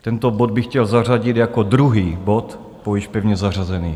Tento bod bych chtěl zařadit jako druhý bod po již pevně zařazených.